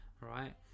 Right